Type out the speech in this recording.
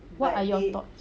what are your thoughts